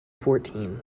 fourteen